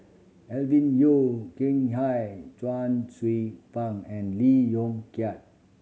Alvin Yeo Khirn Hai Chuang Hsueh Fang and Lee Yong Kiat